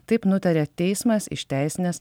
taip nutarė teismas išteisinęs